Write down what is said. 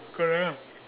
correct ah